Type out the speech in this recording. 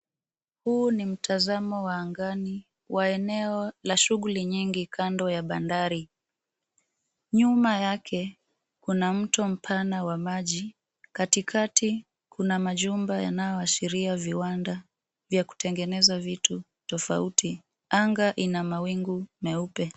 Huu ni mtazamo wa angani wa eneo la shughuli nyingi kando ya bandari. Nyuma yake, kuna mto mpana wa maji, katikati kuna majumba yanayoashiria viwanda vya kutengeneza vitu tofauti. Anga ina mawingu meupe.